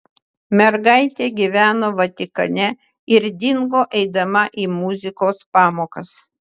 mergaitė gyveno vatikane ir dingo eidama į muzikos pamokas